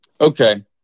okay